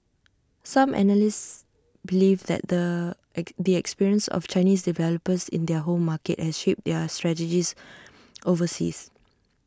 some analysts believe that the the experience of Chinese developers in their home market has shaped their strategies overseas